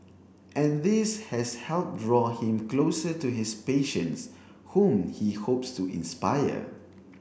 and this has helped draw him closer to his patients whom he hopes to inspire